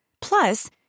Plus